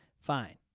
Fine